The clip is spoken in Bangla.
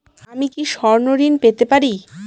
আমি কি স্বর্ণ ঋণ পেতে পারি?